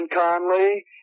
Conley